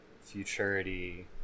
futurity